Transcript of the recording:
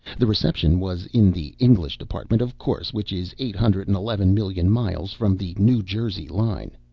the reception was in the english department, of course, which is eight hundred and eleven million miles from the new jersey line.